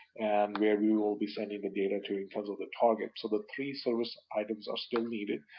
and where we will be sending data to in terms of the target. so the three service items ah still needed.